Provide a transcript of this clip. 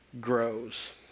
grows